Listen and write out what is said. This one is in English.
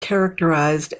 characterized